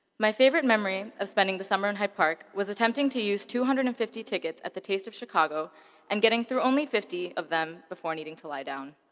my favorite memory of spending the summer in hyde park was attempting to use two hundred and fifty tickets at the taste of chicago and getting through only fifty of them before needing to lie down.